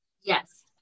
Yes